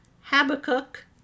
habakkuk